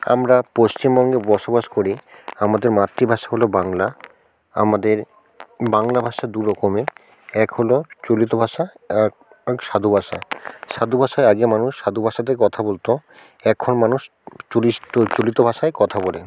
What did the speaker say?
আমরা পশ্চিমবঙ্গে বসবাস করি আমাদের মাতৃভাষা হলো বাংলা আমাদের বাংলা ভাষা দু রকমের এক হলো চলিত ভাষা আর এক সাধু ভাষা সাধু ভাষায় আগে মানুষ সাধু ভাষাতে কথা বলত এখন মানুষ চলিত চলিত ভাষায় কথা বলে